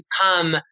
become